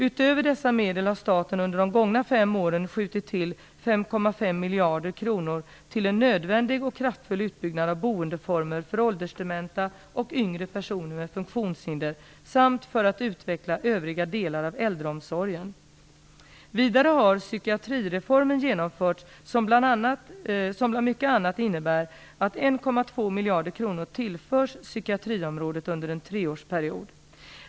Utöver dessa medel har staten under de gångna fem åren skjutit till 5,5 miljarder kronor till en nödvändig och kraftfull utbyggnad av boendeformer för åldersdementa och yngre personer med funktionshinder samt för att utveckla övriga delar av äldreomsorgen. Vidare har psykiatrireformen genomförts, som bland mycket annat innebär att 1,2 miljarder kronor tillförs psykiatriområdet under en treårsperiod.